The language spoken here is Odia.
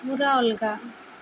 ପୁରା ଅଲଗା